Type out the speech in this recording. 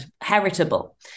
heritable